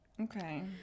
okay